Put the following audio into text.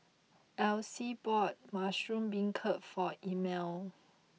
Alyce bought Mushroom Beancurd for Elmire